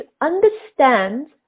understand